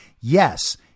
yes